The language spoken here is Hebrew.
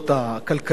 הכלכלית,